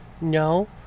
No